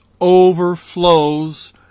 overflows